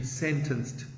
sentenced